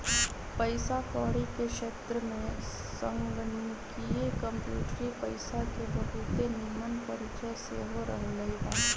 पइसा कौरी के क्षेत्र में संगणकीय कंप्यूटरी पइसा के बहुते निम्मन परिचय सेहो रहलइ ह